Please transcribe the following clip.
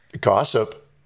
Gossip